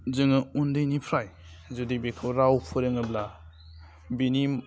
जोङो उन्दैनिफ्राय जुदि बेखौ राव फोरोङोब्ला बिनि